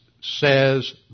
says